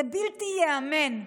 זה בלתי ייאמן.